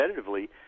competitively